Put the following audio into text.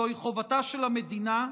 זוהי חובתה של המדינה,